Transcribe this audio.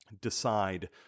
decide